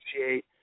appreciate